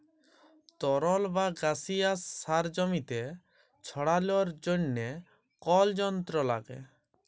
তরল বা গাসিয়াস সার জমিতে ছড়ালর জন্হে কল যন্ত্র লাগে